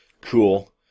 Cool